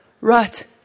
Right